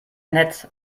nett